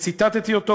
וציטטתי אותו,